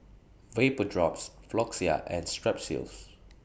Vapodrops Floxia and Strepsils